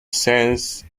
saints